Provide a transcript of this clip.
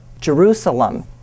Jerusalem